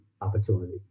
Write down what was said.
opportunity